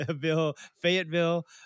Fayetteville